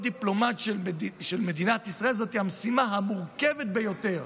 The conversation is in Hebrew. להיות דיפלומט של מדינת ישראל זה המשימה המורכבת ביותר,